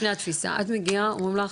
את מגיעה, אומרים לך,